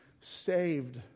saved